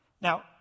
Now